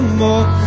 more